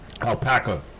Alpaca